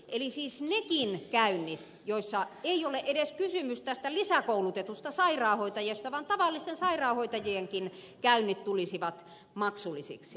eli siis nekin käynnit joissa ei ole edes kysymys tästä lisäkoulutetusta sairaanhoitajasta vaan tavallisista sairaanhoitajalla käynneistä tulisivat maksullisiksi